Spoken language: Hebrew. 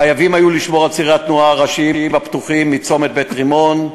חייבים היו לשמור על צירי התנועה הראשיים פתוחים מצומת בית-רימון,